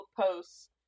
posts